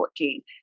2014